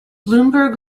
bloomberg